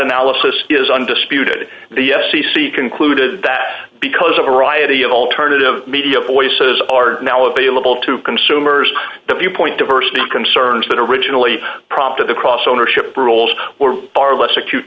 analysis is undisputed the f c c concluded that because of a variety of alternative media voices are now available to consumers the viewpoint diversity concerns that originally prompted the cross ownership rules were far less acute